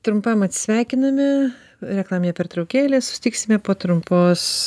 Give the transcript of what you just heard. trumpam atsisveikiname reklaminė pertraukėlė susitiksime po trumpos